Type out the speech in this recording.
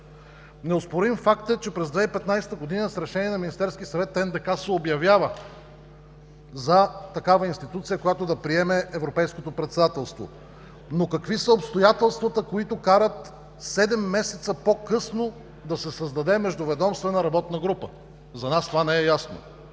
Неоспорим факт е, че през 2015 г. с Решение на Министерския съвет НДК се обявява за такава институция, която да приеме Европейското председателство. Но какви са обстоятелствата, които карат седем месеца по-късно да се създаде Междуведомствена работна група? За нас това не е ясно!